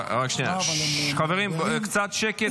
רק שנייה, קצת שקט.